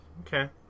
Okay